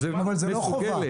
זה לא חובה.